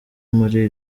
muri